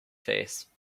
face